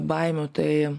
baimių tai